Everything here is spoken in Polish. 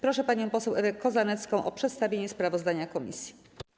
Proszę panią poseł Ewę Kozanecką o przedstawienie sprawozdania komisji.